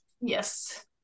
Yes